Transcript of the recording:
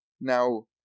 Now